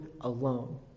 alone